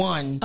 One